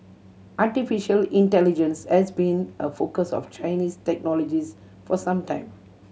artificial intelligence has been a focus of Chinese technologists for some time